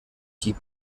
die